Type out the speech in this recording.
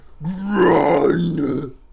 Run